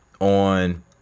on